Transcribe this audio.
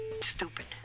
stupid